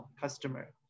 Customer